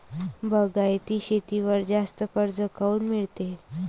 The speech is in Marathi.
बागायती शेतीवर जास्त कर्ज काऊन मिळते?